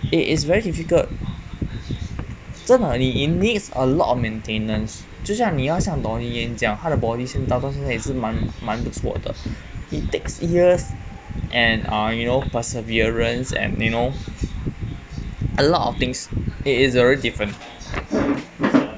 it is very difficult 真的 it needs a lot of maintenance 就像你要像 donnie yen 这样他的 body 到现在是蛮蛮不错的 it takes years and ah you know perseverance and you know a lot of things it is very different